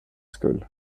skull